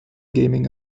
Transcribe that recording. gaming